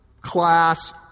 class